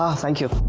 ah thank you.